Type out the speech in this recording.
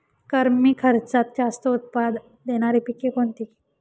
कमी खर्चात जास्त उत्पाद देणारी पिके कोणती?